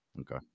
okay